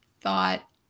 thought